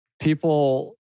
people